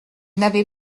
n’avez